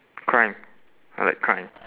crime I like crime